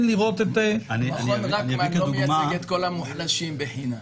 לראות ------ לא מייצג את כל המוחלשים בחינם.